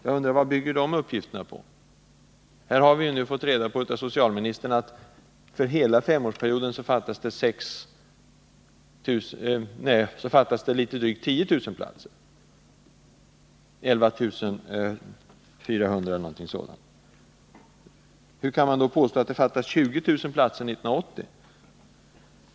Jag undrar: Vad bygger de uppgifterna på? Här har vi fått reda på av socialministern att för hela femårsperioden fattas drygt 10 000 platser, eller ca 11 400. Hur kan man då påstå att det kommer att fattas 20 000 platser 1980?